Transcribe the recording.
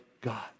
God